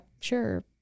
sure